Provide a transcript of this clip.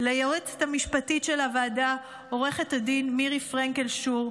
ליועצת המשפטית של הוועדה עו"ד מירי פרנקל שור,